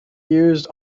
used